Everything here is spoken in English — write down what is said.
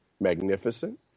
magnificent